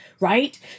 right